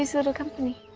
little company.